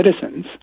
citizens